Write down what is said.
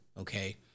Okay